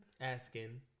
asking